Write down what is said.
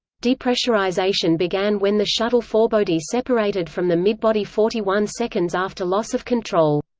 depressurization began when the shuttle forebody separated from the midbody forty one seconds after loss of control.